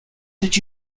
did